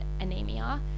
anemia